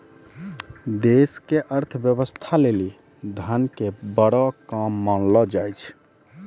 देश के अर्थव्यवस्था लेली धन के बड़ो काम मानलो जाय छै